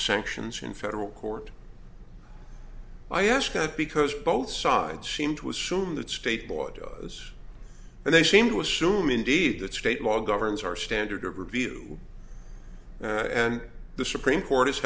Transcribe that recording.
sanctions in federal court i ask that because both sides seem to assume that state baudot those and they seem to assume indeed that state law governs our standard of review and the supreme court